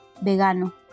vegano